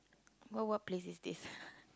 what what place is this